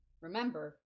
Remember